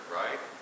right